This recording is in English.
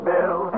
Bill